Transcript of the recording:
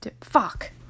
Fuck